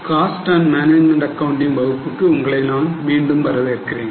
cost and management accounting வகுப்புக்கு உங்களை மீண்டும் வரவேற்கிறேன்